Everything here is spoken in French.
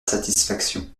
satisfaction